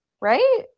Right